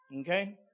Okay